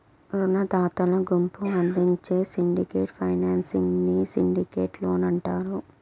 రునదాతల గుంపు అందించే సిండికేట్ ఫైనాన్సింగ్ ని సిండికేట్ లోన్ అంటారు